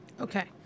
Okay